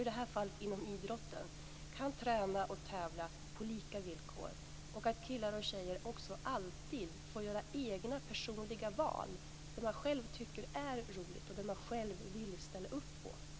I det här fallet, inom idrotten, måste killar och tjejer kunna träna och tävla på lika villkor och göra egna, personliga val i fråga om vad man själv tycker är roligt och vad man själv vill ställa upp på eller inte.